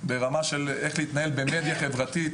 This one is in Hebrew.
ברמה של איך להתנהל במדיה חברתית,